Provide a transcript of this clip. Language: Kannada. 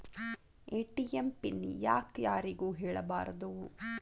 ಎ.ಟಿ.ಎಂ ಪಿನ್ ಯಾಕ್ ಯಾರಿಗೂ ಹೇಳಬಾರದು?